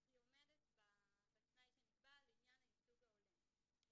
היא עומדת בתנאי שנקבע לעניין הייצוג ההולם.